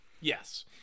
Yes